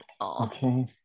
Okay